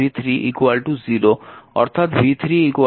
অর্থাৎ v3 v2